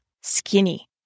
skinny